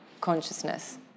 consciousness